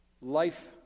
life